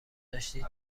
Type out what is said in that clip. داشتی